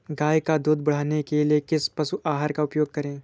गाय का दूध बढ़ाने के लिए किस पशु आहार का उपयोग करें?